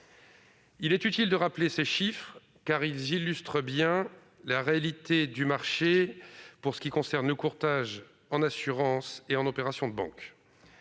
Il est utile de rappeler ces chiffres, car ils illustrent bien la réalité du marché du courtage en assurances et en opérations de banque.